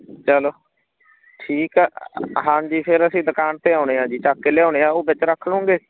ਚਲੋ ਠੀਕ ਆ ਹਾਂਜੀ ਫਿਰ ਅਸੀਂ ਦੁਕਾਨ 'ਤੇ ਆਉਂਦੇ ਹਾਂ ਜੀ ਚੱਕ ਕੇ ਲਿਆਉਂਦੇ ਹਾਂ ਉਹ ਵਿੱਚ ਰੱਖ ਲੋਂਗੇ